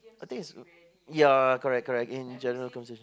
I think is ya correct correct in general conversation